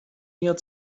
mir